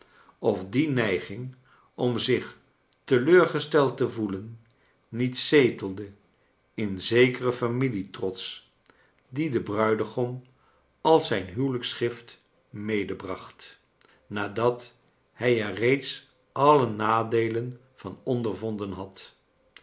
of die neiging om zich teleurgesteld te voclcn niet zetelde kleine dorrit in zekerea familietrots dien de bruidegom als zijn huwelijksgift medebracht nadat hij er reeds alle madeelen van ondervonden had